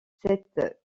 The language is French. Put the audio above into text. cette